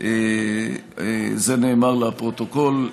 זה נאמר לפרוטוקול.